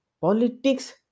politics